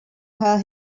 her